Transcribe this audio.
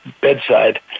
bedside